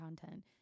content